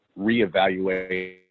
reevaluate